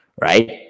right